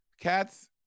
Cats